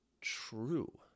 true